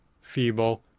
feeble